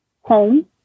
home